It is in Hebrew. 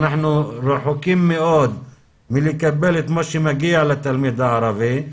אנחנו רחוקים מאוד מלקבל את מה שמגיע לתלמיד הערבי.